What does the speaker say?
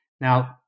Now